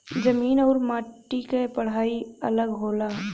जमीन आउर मट्टी क पढ़ाई अलग होला